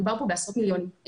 מדובר פה בעשרות מיליונים.